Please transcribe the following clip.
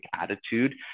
attitude